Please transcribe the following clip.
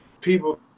people